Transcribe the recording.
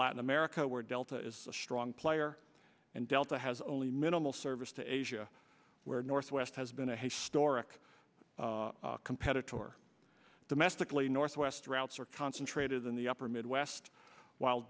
latin america where delta is a strong player and delta has only minimal service to asia where northwest has been a historic competitor domestically northwest routes are concentrated in the upper midwest whil